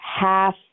half